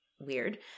weird